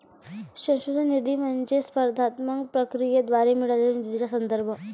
संशोधन निधी म्हणजे स्पर्धात्मक प्रक्रियेद्वारे मिळालेल्या निधीचा संदर्भ